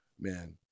man